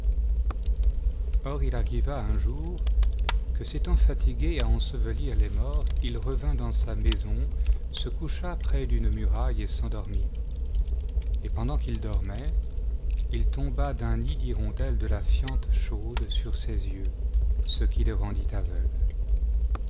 or il arriva un jour que s'étant fatigué à ensevelir les morts il revint dans sa maison se coucha près d'une muraille et s'endormit et pendant qu'il dormait il tomba d'un nid d'hirondelle de la fiente chaude sur ses yeux ce qui le rendit aveugle